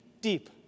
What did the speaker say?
deep